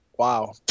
Wow